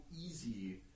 easy